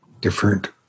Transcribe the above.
different